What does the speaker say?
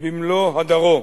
במלוא הדרו.